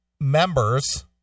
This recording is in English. members